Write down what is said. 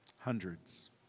hundreds